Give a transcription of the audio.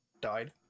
died